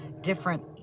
different